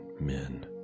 men